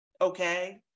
okay